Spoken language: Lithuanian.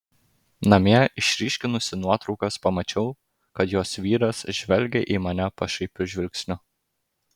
namie išryškinusi nuotraukas pamačiau kad jos vyras žvelgia į mane pašaipiu žvilgsniu